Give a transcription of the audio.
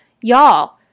y'all